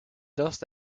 dust